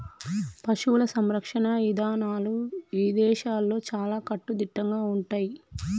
పశువుల సంరక్షణ ఇదానాలు ఇదేశాల్లో చాలా కట్టుదిట్టంగా ఉంటయ్యి